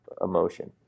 emotion